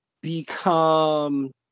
become